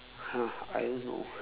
!huh! I don't know